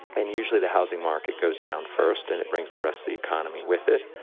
and usually the housing market goes down first and it brings the rest of the economy with it.